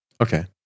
Okay